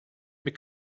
bir